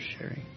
sharing